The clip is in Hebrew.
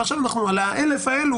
ועכשיו על ה-1,000 האלה,